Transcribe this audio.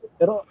pero